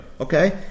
Okay